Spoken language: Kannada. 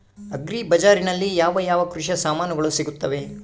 ಅಗ್ರಿ ಬಜಾರಿನಲ್ಲಿ ಯಾವ ಯಾವ ಕೃಷಿಯ ಸಾಮಾನುಗಳು ಸಿಗುತ್ತವೆ?